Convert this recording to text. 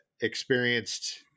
experienced